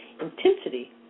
intensity